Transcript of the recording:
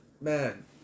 Man